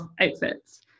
outfits